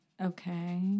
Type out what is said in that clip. Okay